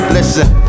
Listen